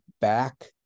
back